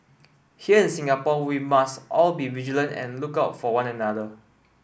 here in Singapore we must all be vigilant and look out for one another